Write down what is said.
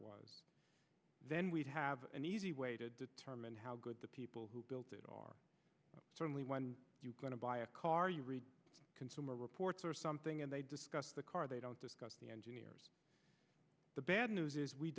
was then we'd have an easy way to determine how good the people who built it are certainly when you're going to buy a car you read consumer reports or something and they discuss the car they don't discuss the engineers the bad news is we